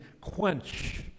quench